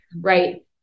right